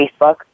Facebook